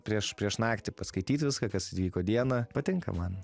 prieš prieš naktį paskaityt viską kas įvyko dieną patinka man